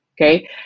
Okay